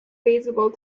visible